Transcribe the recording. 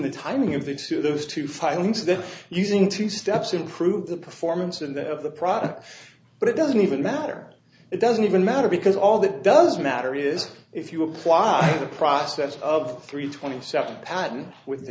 the timing of the two those two filings that using two steps improve the performance of the of the product but it doesn't even matter it doesn't even matter because all that does matter is if you apply the process of three twenty seven patten wit